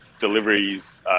deliveries